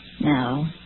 No